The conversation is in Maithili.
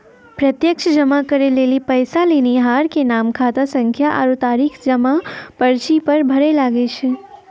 प्रत्यक्ष जमा करै लेली पैसा लेनिहार के नाम, खातासंख्या आरु तारीख जमा पर्ची पर भरै लागै छै